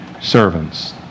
servants